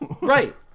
right